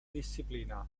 disciplina